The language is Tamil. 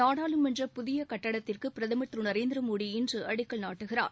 நாடாளுமன்ற புதிய கட்டடத்திற்கு பிரதமர் திரு நரேந்திர மோடி இன்று அடிக்கல் நாட்டுகிறார்